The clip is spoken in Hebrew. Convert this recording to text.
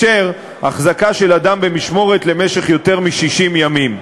החזקה של אדם במשמורת למשך יותר מ-60 ימים.